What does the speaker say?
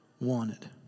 wanted